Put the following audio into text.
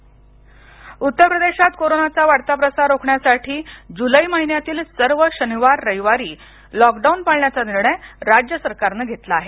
उत्तर प्रदेश उत्तर प्रदेशात कोरोनाचा वाढता प्रसार रोखण्यासाठी जुलै महिन्यातील सर्व शनिवार रविवारी लॉकडाऊन पाळण्याचा निर्णय राज्य सरकारने घेतला आहे